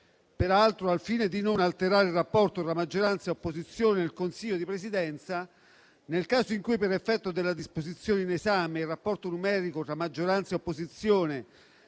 Peraltro, al fine di non alterare il rapporto tra maggioranza e opposizione nel Consiglio di Presidenza, nel caso in cui, per effetto della disposizione in esame, il rapporto numerico tra maggioranza e opposizione